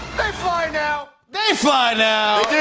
fly now! they fly now!